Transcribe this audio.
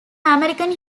american